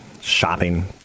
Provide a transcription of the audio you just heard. shopping